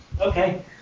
Okay